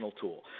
tool